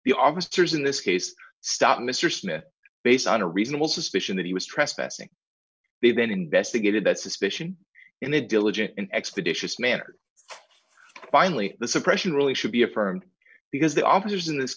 the officers in this case stopped mr smith based on a reasonable suspicion that he was trespassing they've been investigated that suspicion in a diligent and expeditious manner finally the suppression really should be affirmed because the officers in this